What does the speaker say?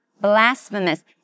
blasphemous